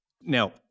Now